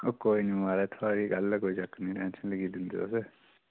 ओह् कोई नी म्हाराज थुआढ़ी गल्ल ऐ कोई चक्कर टेन्शन लेइयै जंदे तुस